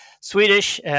Swedish